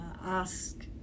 ask